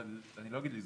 אני לא אגיד לזרוק,